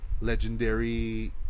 Legendary